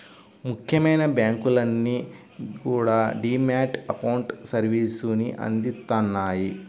ముఖ్యమైన బ్యాంకులన్నీ కూడా డీ మ్యాట్ అకౌంట్ సర్వీసుని అందిత్తన్నాయి